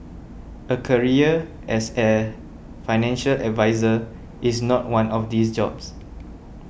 a career as a financial advisor is not one of these jobs